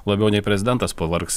labiau nei prezidentas pavargs